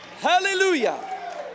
Hallelujah